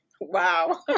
Wow